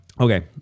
Okay